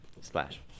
Splash